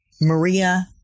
Maria